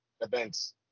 events